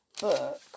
book